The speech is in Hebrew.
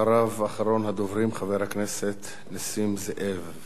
אחריו, אחרון הדוברים, חבר הכנסת נסים זאב,